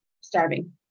starving